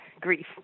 grief